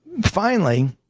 finally,